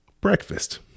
breakfast